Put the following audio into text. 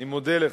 אני מודה לך.